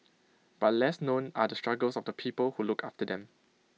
but less known are the struggles of the people who look after them